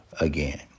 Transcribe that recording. again